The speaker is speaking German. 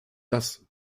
das